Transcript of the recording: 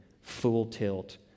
full-tilt